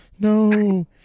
No